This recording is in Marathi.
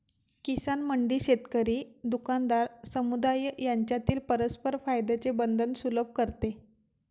किसान मंडी शेतकरी, दुकानदार, समुदाय यांच्यातील परस्पर फायद्याचे बंधन सुलभ करते